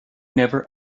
never